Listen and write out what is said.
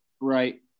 right